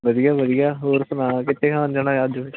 ਵਧੀਆ ਵਧੀਆ ਹੋਰ ਸੁਣਾ ਕਿੱਥੇ ਖਾਣ ਜਾਣਾ ਅੱਜ ਕੁਛ